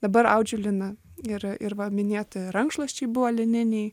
dabar audžiu lina ir ir va minėti rankšluosčiai buvo lininiai